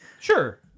Sure